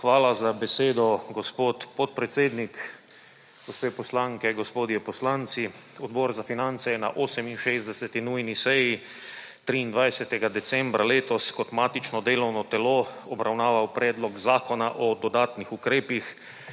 Hvala za besedo, gospod podpredsednik. Gospe poslanke, gospodje poslanci. Odbor za finance je na 68. nujni seji, 23. decembra letos kot matično delovno telo obravnaval Predlog zakona o dodatnih ukrepih